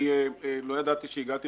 לא ידעתי שהגעתי